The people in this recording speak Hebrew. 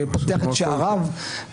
שפותח את שעריו,